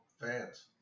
fans